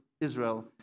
Israel